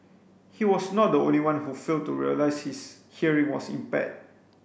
he was not the only one who failed to realise his hearing was impaired